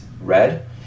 red